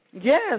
Yes